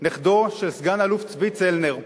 נכדו של סגן-אלוף צבי צלנר,